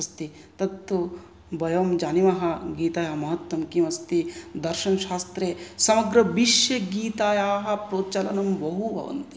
अस्ति तत् तु वयं जानीमः गीतायाः महत्वं किम् अस्ति दर्शनशास्त्रे समग्रविश्वे गीतायाः प्रचलनं बहु भवन्ति